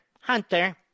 Hunter